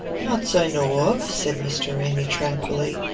not's i know of, said mr. ramy tranquilly.